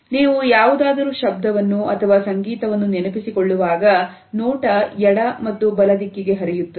ನೀವು ಯಾವುದಾದರೂ ಶಬ್ದವನ್ನು ಅಥವಾ ಸಂಗೀತವನ್ನು ನೆನಪಿಸಿಕೊಳ್ಳುವಾಗ ನೋಟ ಎಡ ಮತ್ತು ಬಲ ದಿಕ್ಕಿಗೆ ಹರಿಯುತ್ತದೆ